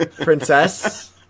Princess